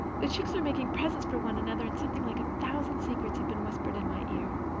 the chicks are making presents for one another, and something like a thousand secrets have been whispered in my ear.